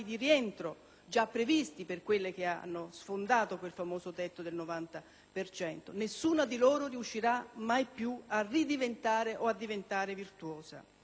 già previsti per quelle che hanno sfondato quel famoso tetto del 90 per cento; nessuna di loro riuscirà mai più a ridiventare o a diventare virtuosa.